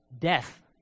Death